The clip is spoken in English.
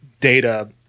data